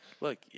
Look